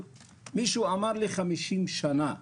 מישהו אמר לי של 50 שנה.